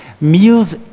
Meals